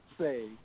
say